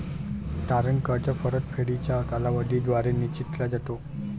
तारण कर्ज परतफेडीचा कालावधी द्वारे निश्चित केला जातो